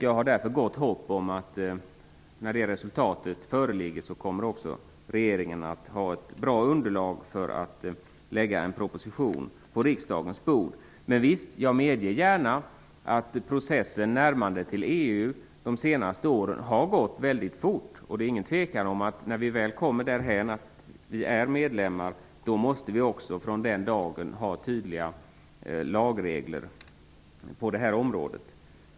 Jag har därför gott hopp om att när resultaten föreligger kommer regeringen att ha ett bra underlag för att lägga en proposition på riksdagens bord. Men, visst, jag medger gärna att närmandet till EU de senaste åren har gått väldigt fort. Det är ingen tvekan om att när vi väl kommer därhän att Sverige är medlem måste vi också från den dagen ha tydliga lagregler på det här området.